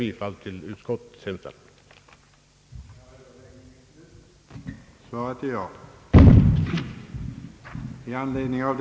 att enligt hans uppfattning flertalet röstat för ja-propositionen.